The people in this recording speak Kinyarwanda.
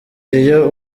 iyo